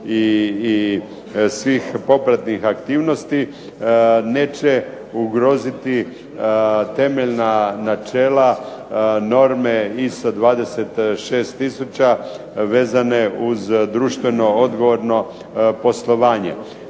i svih popratnih aktivnosti neće ugroziti temeljna načela, norme ISO 26000 vezane uz društveno odgovorno poslovanje.